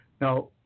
Now